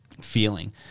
feeling